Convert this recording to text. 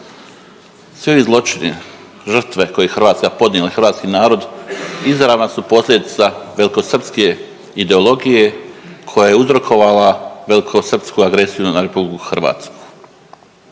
ovi zločini, žrtve koje je Hrvatska podnijela i hrvatski narod izravna su posljedica velikosrpske ideologije koja je uzrokovala velikosrpsku agresiju na RH.